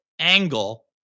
angle